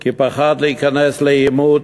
כי פחד להיכנס לעימות: